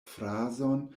frazon